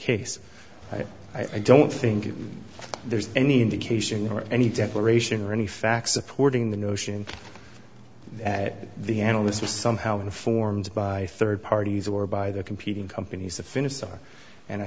case i don't think there's any indication or any declaration or any facts supporting the notion that the analysts were somehow informed by third parties or by the competing companies affinis on and i